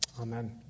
Amen